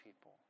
people